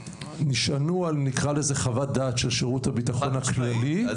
נשענו על חוות דעת של שירות הביטחון הכללי,